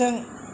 फोजों